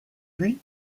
puis